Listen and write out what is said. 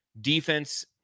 defense